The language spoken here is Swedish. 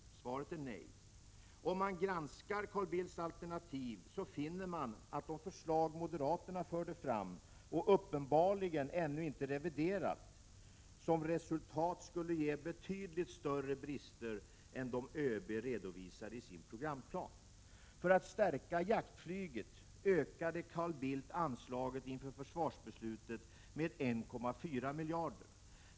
Svaret är nej. Om man granskar Carl Bildts alternativ, så finner man att de förslag som moderaterna förde fram — och uppenbarligen ännu inte reviderat — som resultat skulle ge betydligt större brister än de som ÖB redovisar i sin programplan. För att stärka jaktflyget ökade Carl Bildt anslaget inför försvarsbeslutet med 1,4 miljarder.